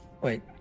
Wait